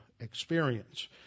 experience